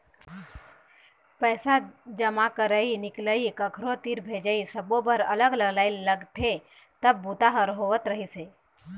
पइसा जमा करई, निकलई, कखरो तीर भेजई सब्बो बर अलग अलग लाईन लगथे तब बूता ह होवत रहिस हे